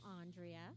Andrea